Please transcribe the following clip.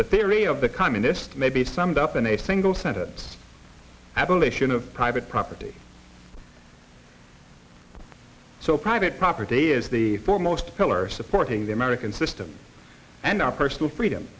the theory of the communist may be summed up in a single sentence abolition of private property so private property is the foremost pillar supporting the american system and our personal freedom